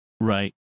right